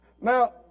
Now